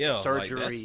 surgery